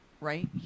right